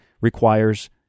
requires